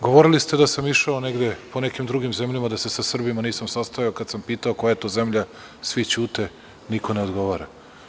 Govorili ste da sam išao negde po nekim drugim zemljama da se sa Srbima nisam sastajao, kada sam pitao koja je to zemlja, svi ćute niko ne odgovara.